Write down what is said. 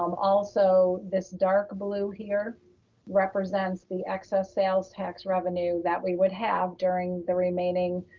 um also, this dark blue here represents the excess sales tax revenue that we would have during the remaining